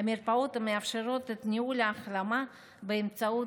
המרפאות מאפשרות את ניהול ההחלמה באמצעות